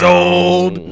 old